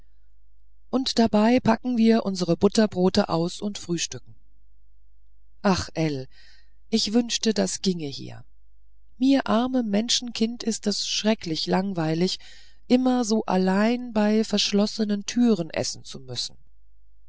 und dabei packen wir unsre butterbrote aus und frühstücken ach ell ich wünschte das ginge hier mir armem menschenkind ist es schrecklich langweilig immer so allein bei verschlossenen türen essen zu müssen